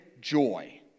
joy